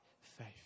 faith